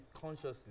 consciously